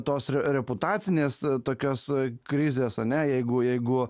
tos r reputacinės tokios krizės ane jeigu jeigu